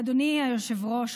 אדוני היושב-ראש,